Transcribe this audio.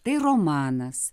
tai romanas